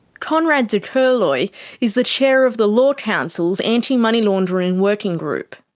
konrad de kerloy is the chair of the law council's anti-money laundering working group.